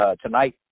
tonight